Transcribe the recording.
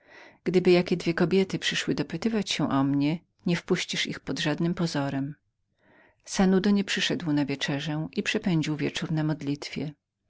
gdyby jakie dwie kobiety przyszły dopytywać się o mnie nie wpuścisz ich pod żadnym pozorem sanudo nie przyszedł na wieczerzę przepędził wieczór na modlitwie